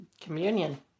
communion